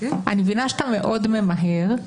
אני מבינה שאתה מאוד ממהר.